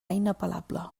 inapel·lable